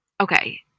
Okay